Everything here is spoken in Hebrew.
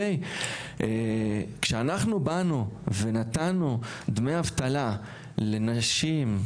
כשאנחנו באנו ונתנו דמי אבטלה לנשים,